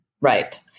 right